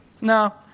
No